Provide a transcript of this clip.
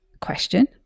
question